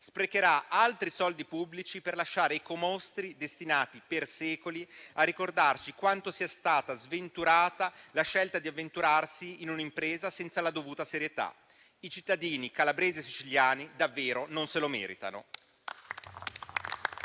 sprecherà altri soldi pubblici per lasciare ecomostri destinati per secoli a ricordarci quanto sia stata sventurata la scelta di avventurarsi in un'impresa senza la dovuta serietà. I cittadini calabresi e siciliani davvero non se lo meritano.